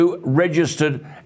registered